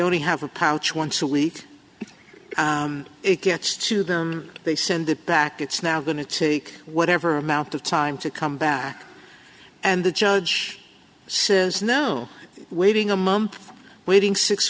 only have a pouch once a week it gets to them they send it back it's now going to take whatever amount of time to come back and the judge says no waiting a month waiting six